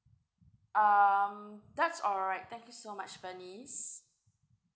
um that's alright thank you so much bernice